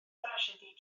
drasiedi